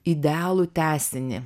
idealų tęsinį